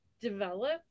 developed